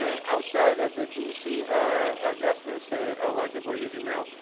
and outside of the dc adjustment that a lot of people are using now.